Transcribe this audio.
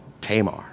Tamar